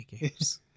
games